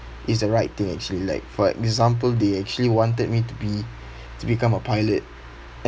is the right thing actually like for example they actually wanted me to be to become a pilot